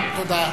תודה.